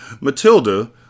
Matilda